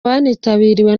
wanitabiriwe